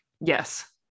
Yes